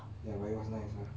ya but it was nice ah